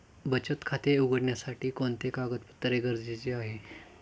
बचत खाते उघडण्यासाठी कोणते कागदपत्रे गरजेचे आहे?